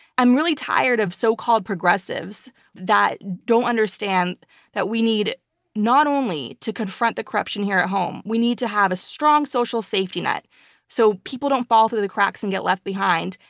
i'm really tired of so-called progressives that don't understand that we need not only to confront the corruption here at home, we need to have a strong social safety net so people don't fall through the cracks and get left behind,